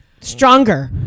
stronger